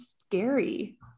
scary